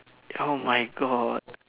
oh my God